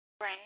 Right